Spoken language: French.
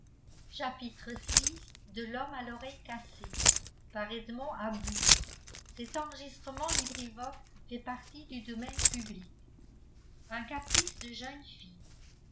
vi un caprice de jeune fille